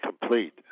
complete